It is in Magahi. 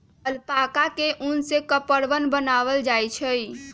अलपाका के उन से कपड़वन बनावाल जा हई